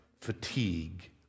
fatigue